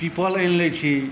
पीपल आनि लै छी